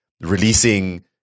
releasing